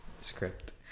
script